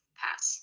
pass